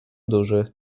duży